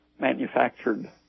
manufactured